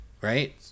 right